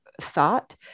thought